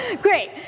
great